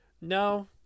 no